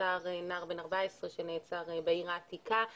נער בן 14 שנעצר בעיר העתיקה.